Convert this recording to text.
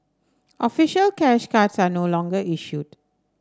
official cash cards are no longer issued